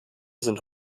sind